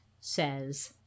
says